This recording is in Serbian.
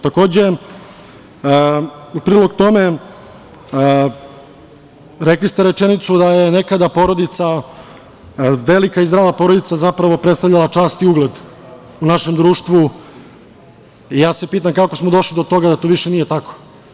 Takođe, u prilog tome, rekli ste rečenicu da je nekada porodica, velika i zdrava porodica, predstavljala čast i ugled u našem društvu i ja se pitam kako smo došli do toga da to više nije tako?